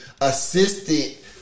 assistant